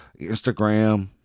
Instagram